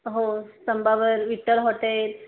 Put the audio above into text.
हो स्तंभावर विठ्ठल हॉटेल